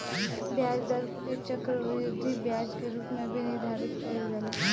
ब्याज दर के चक्रवृद्धि ब्याज के रूप में भी निर्धारित कईल जाला